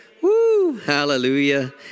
Hallelujah